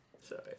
Sorry